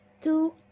Two